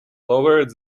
lowered